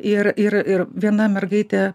ir ir ir viena mergaitė